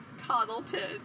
Coddleton